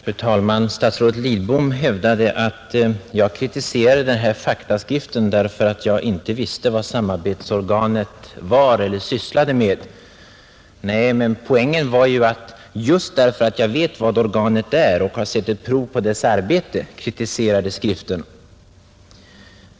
Fru talman! Statsrådet Lidbom hävdade att jag kritiserade den här faktaskriften därför att jag inte visste vad samarbetsorganet var eller vad det sysslade med. Poängen var emellertid att jag just därför att jag vet vad organet är och har sett ett prov på dess arbete kritiserade skriften.